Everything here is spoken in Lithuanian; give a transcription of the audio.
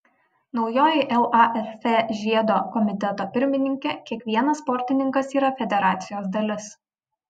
naujoji lasf žiedo komiteto pirmininkė kiekvienas sportininkas yra federacijos dalis